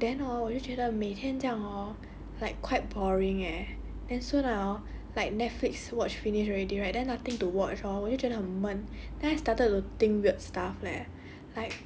then hor 我就觉得每天这样 hor like quite boring eh and soon I hor like netflix watch finish already right then nothing to watch hor 我就觉得很闷